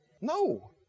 No